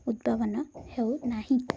ଉଦ୍ଭାବନ ହେଉ ନାହିଁ